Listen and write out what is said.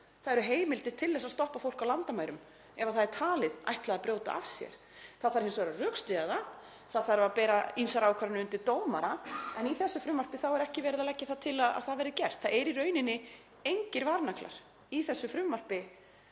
Það eru heimildir til þess að stoppa fólk á landamærum ef það er talið ætla að brjóta af sér. Það þarf hins vegar að rökstyðja það og bera ýmsar ákvarðanir undir dómara, en í þessu frumvarpi er ekki verið að leggja til að það verði gert. Það eru í rauninni engir varnaglar í þessu frumvarpi